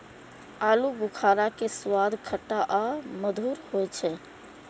आलू बुखारा के स्वाद खट्टा आ मधुर होइ छै